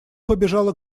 побежала